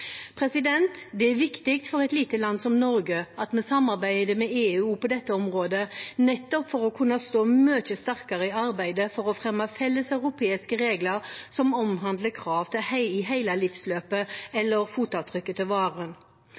Det er viktig for et lite land som Norge at vi samarbeider med EU også på dette området, nettopp for å kunne stå mye sterkere i arbeidet for å fremme felles europeiske regler som omhandler krav til hele livsløpet – eller fotavtrykket – til